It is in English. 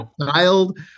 child